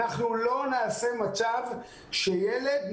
אנחנו לא נעשה מצב שילד,